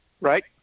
Right